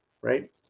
right